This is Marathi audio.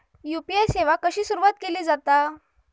यू.पी.आय सेवा कशी सुरू केली जाता?